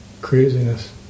craziness